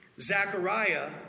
Zechariah